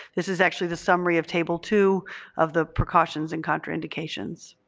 this is actually the summary of table two of the precautions and contraindications.